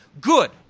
good